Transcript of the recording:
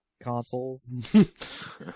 consoles